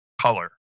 color